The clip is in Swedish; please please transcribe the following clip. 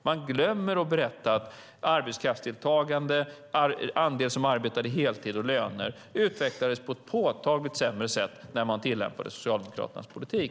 De glömmer att berätta att arbetskraftsdeltagande, andel som arbetar heltid och löner utvecklades på ett påtagligt sämre sätt när man tillämpade Socialdemokraternas politik.